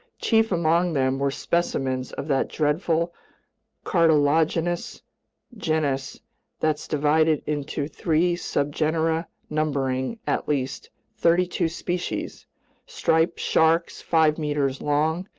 chief among them were specimens of that dreadful cartilaginous genus that's divided into three subgenera numbering at least thirty-two species striped sharks five meters long,